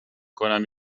کنم